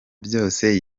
byose